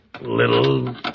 little